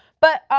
but,